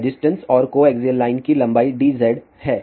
resistance और coaxial line की लंबाई dz है